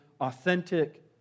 authentic